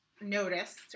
noticed